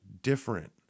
different